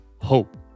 hope